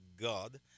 God